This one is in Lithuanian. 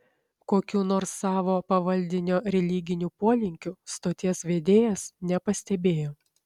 kokių nors savo pavaldinio religinių polinkių stoties vedėjas nepastebėjo